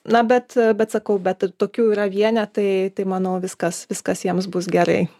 na bet a bet sakau bet tokių yra vienetai tai manau viskas viskas jiems bus gerai